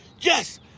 Yes